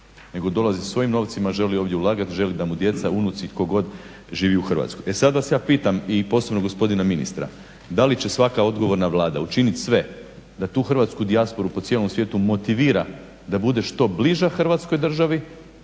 nego dolaze sa svojim novcima, žele ovdje ulagati, žele da mu djeca, unici tko god živi u Hrvatskoj. E sada vas ja pitam i posebno gospodina ministra, da li će svaka odgovorna vlada učiniti sve da tu hrvatsku dijasporu po cijelom svijetu motivira da bude što bliža Hrvatskoj državi